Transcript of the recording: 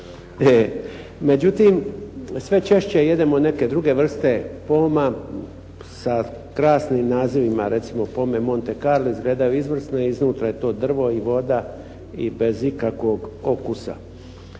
Međutim, sve češće jedemo neke druge vrste poma, sa krasnim nazivima, recimo pome Monte Carlo izgledaju izvrsno, iznutra je to drvo i voda i bez ikakvog okusa.